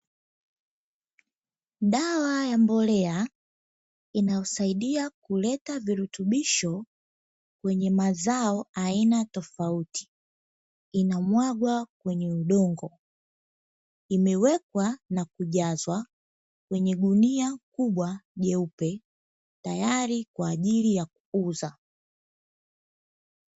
Dawa ya mbolea, inayosaidia kuleta vilutubisho, kwenye mazao aina tofauti, inamwagwa kwenye udongo, imewekwa na kujazwa kwenye gunia kubwa jeupe, tayari kwa ajili ha kuuza.